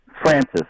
Francis